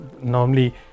Normally